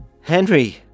Henry